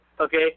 Okay